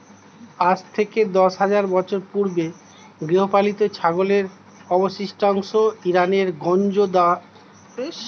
আজ থেকে দশ হাজার বছর পূর্বে গৃহপালিত ছাগলের অবশিষ্টাংশ ইরানের গঞ্জ দারেহে পাওয়া গেছে